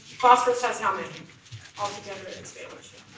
phosphorous has how many altogether in its valence